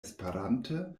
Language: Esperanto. esperante